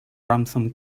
ransom